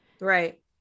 Right